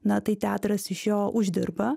na tai teatras iš jo uždirba